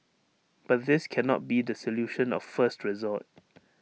but this cannot be the solution of first resort